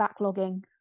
backlogging